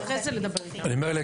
אני אומר,